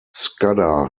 scudder